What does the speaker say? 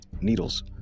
needles